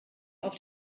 auf